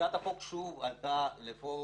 הצעת החוק שוב עלתה לפורום